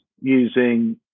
using